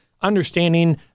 Understanding